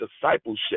discipleship